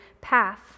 path